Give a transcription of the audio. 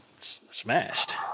smashed